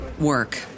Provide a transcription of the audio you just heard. work